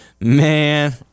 Man